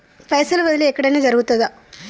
పైసల బదిలీ ఎక్కడయిన జరుగుతదా?